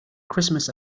christmas